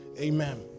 Amen